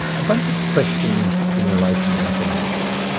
a bunch of questions in relation to mathematics.